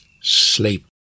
sleep